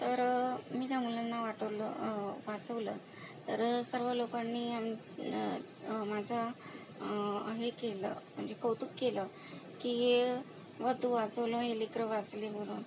तर मी त्या मुलांना वाटवलं वाचवलं तर सर्व लोकांनी माझा हे केलं म्हणजे कौतुक केलं की वा तू वाचवलं ये लेकरं वाचली म्हणून